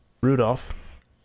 Rudolph